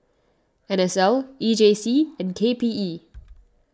N S L E J C and K P E